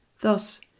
Thus